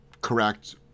Correct